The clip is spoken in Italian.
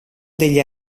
degli